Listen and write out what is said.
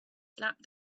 slapped